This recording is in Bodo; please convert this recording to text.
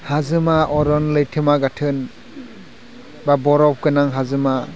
हाजोमा अरन लैथोमा गाथोन बा बरफ गोनां हाजोमा